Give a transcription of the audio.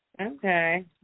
Okay